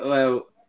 Hello